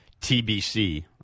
TBC